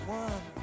one